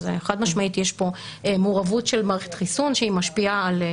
חד משמעית יש פה מעורבות של מערכת חיסון שהיא משפיעה.